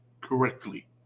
correctly